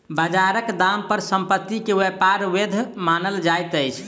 बजारक दाम पर संपत्ति के व्यापार वैध मानल जाइत अछि